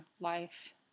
life